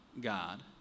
God